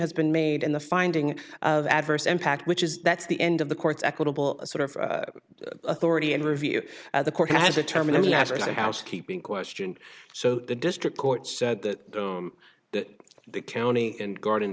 has been made and the finding of adverse impact which is that's the end of the court's equitable sort of authority and review the court has a terminal as a housekeeping question so the district court said that that the county and guard